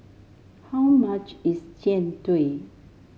how much is Jian Dui